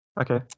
Okay